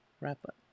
wrap-up